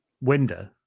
window